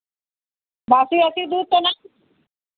बासी वासी दूध तो नहीं